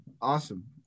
Awesome